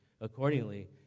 accordingly